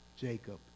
Jacob